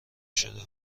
شده